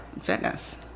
fitness